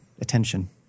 attention